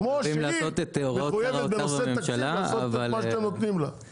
כמו שהיא מחויבת לעשות את מה שאתם נותנים לה במסגרת התקציב.